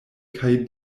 kaj